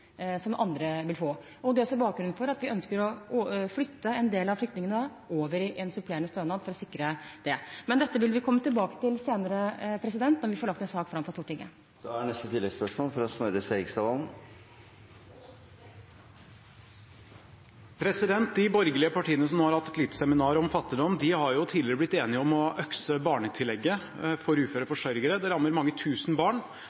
som andre vil få. Det er også bakgrunnen for at vi ønsker å flytte en del av flyktningene over i en supplerende stønad, for å sikre det. Dette vil vi komme tilbake til senere når vi får lagt en sak fram for Stortinget. Snorre Serigstad Valen – til oppfølgingsspørsmål. De borgerlige partiene, som nå har hatt et lite seminar om fattigdom, har jo tidligere blitt enige om å «økse» barnetillegget for uføre forsørgere. Det rammer mange tusen barn.